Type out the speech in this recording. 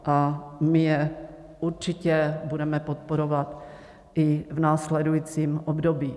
A my je určitě budeme podporovat i v následujícím období.